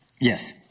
Yes